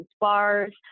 bars